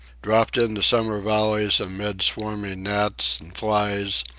dropped into summer valleys amid swarming gnats and flies,